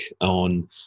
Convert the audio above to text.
on